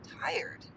tired